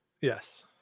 Yes